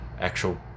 actual